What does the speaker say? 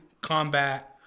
combat